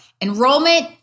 enrollment